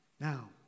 Now